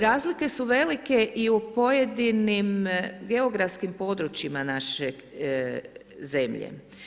Razlike su velike i u pojedinim geografskim područjima naše zemlje.